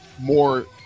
more